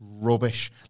rubbish